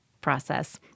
process